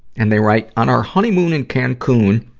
and they write, on our honeymoon in cancun,